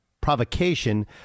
provocation